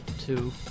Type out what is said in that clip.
Two